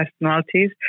personalities